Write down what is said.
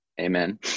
Amen